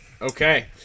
Okay